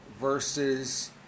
versus